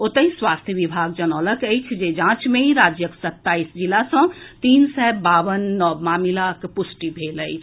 ओतहि स्वास्थ्य विभाग जनौलक अछि जे जांच मे राज्यक सत्ताईस जिला सँ तीन सय बावन नव मामिलाक पुष्टि भेल अछि